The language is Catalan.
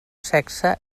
sexe